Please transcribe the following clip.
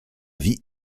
vie